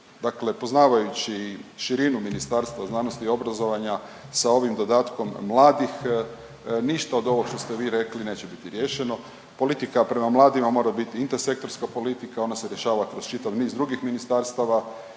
Dakle, poznavajući širinu Ministarstva znanosti i obrazovanja sa ovim dodatkom mladih ništa od ovog što ste vi rekli neće biti riješeno. Politika prema mladima mora biti intersektorska politika ona se rješava kroz čitav niz drugih ministarstava